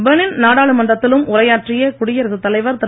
Benin நாடாளுமன்றத்திலும் உரையாற்றிய குடியரசுத் தலைவர் திரு